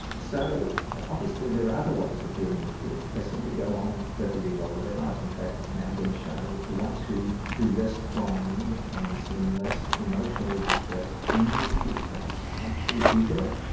ah so obviously there are other ways of dealing with grief they seem to go on perfectly well with their lives. in fact, it's now been shown that the ones who do less crying and seem less emotionally distressed in the acute phase, actually do better.